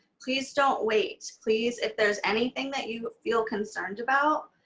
please don't wait. please, if there's anything that you feel concerned about,